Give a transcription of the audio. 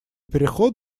переход